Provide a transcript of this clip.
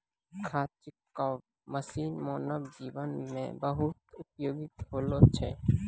खाद छिड़काव मसीन मानव जीवन म बहुत उपयोगी होलो छै